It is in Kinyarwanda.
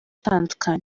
itandukanye